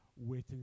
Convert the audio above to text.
waiting